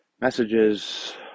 messages